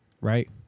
Right